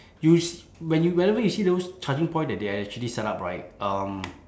you se~ when you whenever you see those charging point that they are actually set up right um